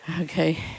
Okay